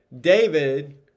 David